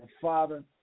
Father